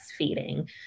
breastfeeding